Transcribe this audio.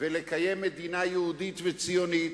ולקיים מדינה יהודית וציונית,